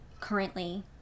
currently